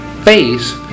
face